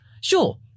Sure